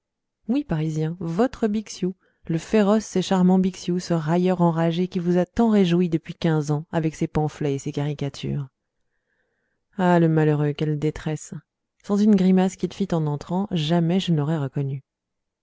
oui parisiens votre bixiou le féroce et charmant bixiou ce railleur enragé qui vous a tant réjouis depuis quinze ans avec ses pamphlets et ses caricatures ah le malheureux quelle détresse sans une grimace qu'il fit en entrant jamais je ne l'aurais reconnu